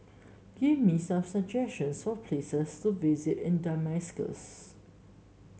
give me some suggestions for places to visit in Damascus